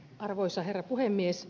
arvoisa herra puhemies